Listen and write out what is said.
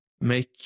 make